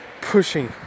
pushing